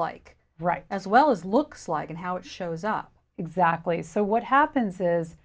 like right as well as looks like and how it shows up exactly so what happens is